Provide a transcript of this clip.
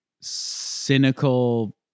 cynical